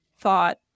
thought